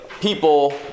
people